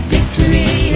Victory